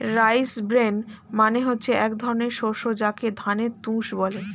rice bran মানে হচ্ছে এক ধরনের শস্য যাকে ধানের তুষ বলে